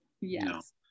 yes